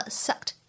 sucked